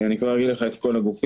אני כבר אגיד לך את כל הגופים.